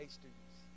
students